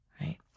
right